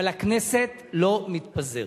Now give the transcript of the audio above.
אבל הכנסת לא מתפזרת.